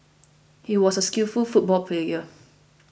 he was a skillful football player